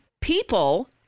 people